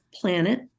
Planet